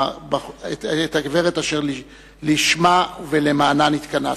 את הגברת אשר לשמה ולמענה נתכנסנו.